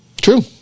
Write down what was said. True